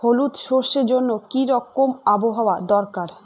হলুদ সরষে জন্য কি রকম আবহাওয়ার দরকার?